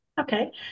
Okay